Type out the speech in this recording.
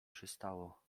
przystało